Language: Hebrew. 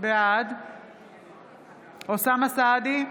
בעד אוסאמה סעדי,